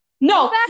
No